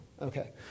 Okay